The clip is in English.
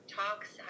talks